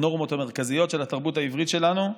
הנורמות המרכזיות של התרבות העברית שלנו,